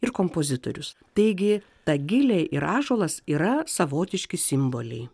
ir kompozitorius taigi ta gilė ir ąžuolas yra savotiški simboliai